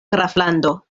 graflando